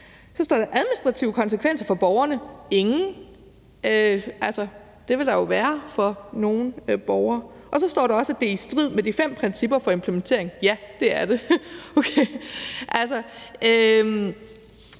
Så står der under »Administrative konsekvenser for borgerne« også: »Ingen«. Men det vil der jo være for nogle borgere, og der står også, at det er i strid med de fem principper for implementering, og ja, det er det.